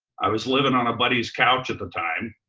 i was living on a buddy's couch at the time,